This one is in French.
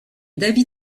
davy